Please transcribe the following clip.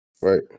Right